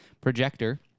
projector